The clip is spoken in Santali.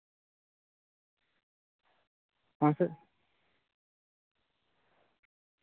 ᱯᱟᱸᱥ ᱥᱚ